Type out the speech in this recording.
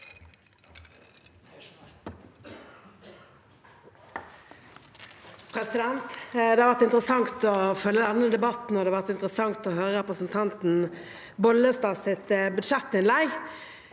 Det har vært in- teressant å følge denne debatten, og det har vært interessant å høre representanten Bollestads budsjettinnlegg.